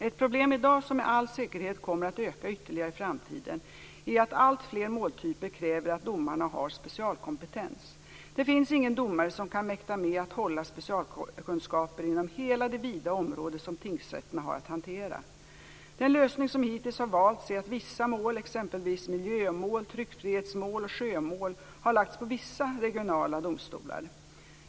Ett problem i dag som med all säkerhet kommer att öka ytterligare i framtiden är att allt fler måltyper kräver att domarna har specialkompetens. Det finns ingen domare som kan mäkta med att hålla specialkunskaper inom hela det vida område som tingsrätterna har att hantera. Den lösning som hittills har valts är att vissa mål, exempelvis miljömål, tryckfrihetsmål och sjömål, har lagts på vissa regionala domstolar.